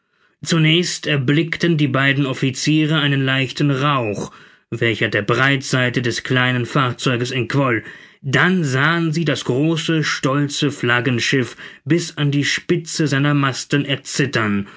zunächst erblickten die beiden officiere einen lichten rauch welcher der breitseite des kleinen fahrzeuges entquoll dann sahen sie das große stolze flaggenschiff bis an die spitze seiner masten erzittern